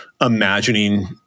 imagining